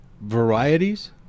varieties